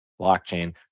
blockchain